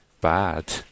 bad